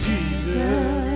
Jesus